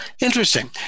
Interesting